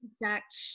exact